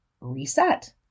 reset